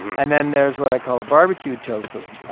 and then there's what i call a barbecued tofu,